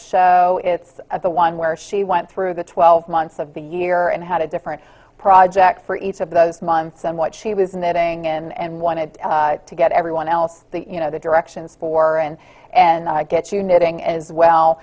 show it's at the one where she went through the twelve months of the year and had a different project for each of those months and what she was knitting and wanted to get everyone else the you know the directions for and and get you knitting as well